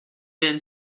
been